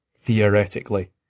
theoretically